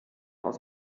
aus